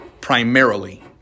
primarily